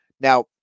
Now